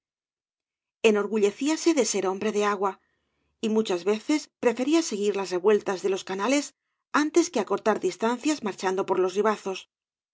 insulto enorgullecíase de ser hombre de agua y muchas veces prefería seguir las revueltas de los canales antes que acortar distancias marchando por los ribazos